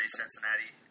Cincinnati